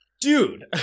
Dude